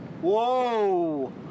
Whoa